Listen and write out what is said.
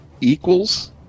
equals